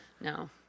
No